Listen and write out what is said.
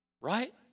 Right